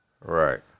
right